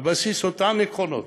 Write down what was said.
על בסיס אותם עקרונות,